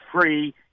free